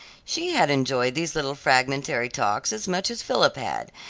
she had enjoyed these little fragmentary talks as much as philip had,